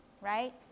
right